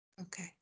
Okay